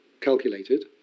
calculated